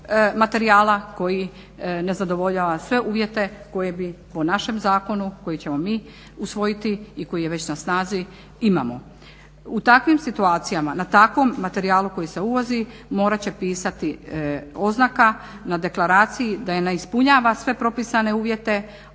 materijala koji ne zadovoljava sve uvjete koje bi po našem zakonu koji ćemo mi usvojiti i koji već na snazi imamo. U takvim situacijama, na takvom materijalu koji se uvozi morat će pisati oznaka na deklaraciji da ne ispunjava sve propisane uvjete,